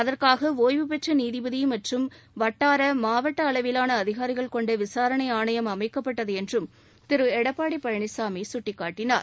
அதற்காக ஒய்வு பெற்ற நீதிபதி மற்றும் வட்டார மாவட்ட அளவிலான அதிகாரிகள் கொண்ட விசாரணை ஆணையம் அமைக்கப்பட்டது என்றும் திரு எடப்பாடி பழனிசாமி சுட்டிக்காட்டினார்